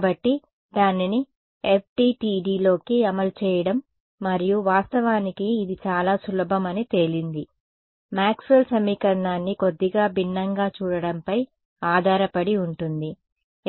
కాబట్టి దానిని FDTD లోకి అమలు చేయడం మరియు వాస్తవానికి ఇది చాలా సులభం అని తేలింది మాక్స్వెల్ సమీకరణాన్ని కొద్దిగా భిన్నంగా చూడటంపై ఆధారపడి ఉంటుంది